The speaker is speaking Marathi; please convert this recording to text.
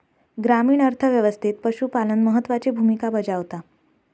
ग्रामीण अर्थ व्यवस्थेत पशुपालन महत्त्वाची भूमिका बजावता